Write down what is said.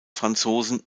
franzosen